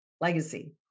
legacy